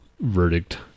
verdict